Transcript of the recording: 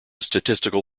statistical